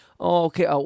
Okay